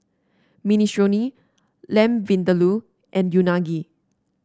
Minestrone Lamb Vindaloo and Unagi